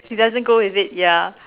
it doesn't go with it ya